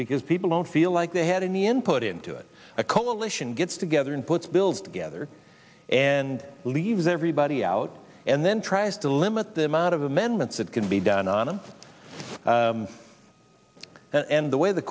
because people don't feel like they had any input into it a coalition gets together and puts bills together and leaves everybody out and then tries to limit the amount of amendments that can be done ana and the way the